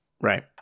Right